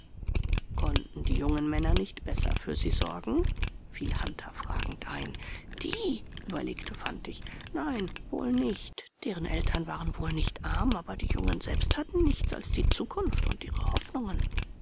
konnten die jungen männer nicht besser für sie sorgen fiel hunter fragend ein die überlegte fantig nein wohl nicht deren eltern waren wohl nicht arm aber die jungen selbst hatten nichts als die zukunft und ihre hoffnungen